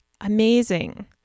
amazing